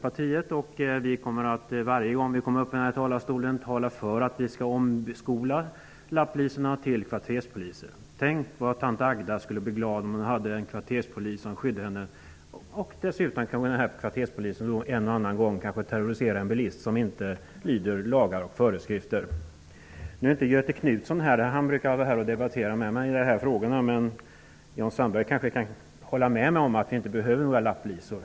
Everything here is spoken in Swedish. Varje gång jag kommer upp i talarstolen kommer jag att tala för att lapplisorna skall omskolas till kvarterspoliser. Tänk, vad tant Agda skulle bli glad om hon skyddades av en kvarterspolis som dessutom en och annan gång kanske kunde terrorisera en bilist som inte lyder lagar och föreskrifter. Nu är inte Göthe Knutson här. Han brukar debattera med mig i dessa frågor. Men Jan Sandberg kan kanske hålla med mig om att vi inte längre behöver några lapplisor.